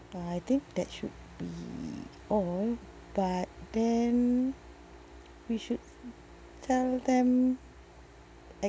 I think that should be all but then we should tell them